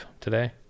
today